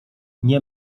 nie